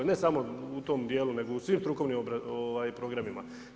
Ne samo u tom dijelu, nego u svim strukovnim programima.